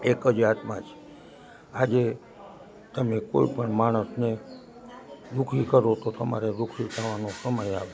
એક જ આત્મા છે આજે તમે કોઈ પણ માણસને દુઃખી કરો તો તમારે દુઃખી થવાનો સમય આવે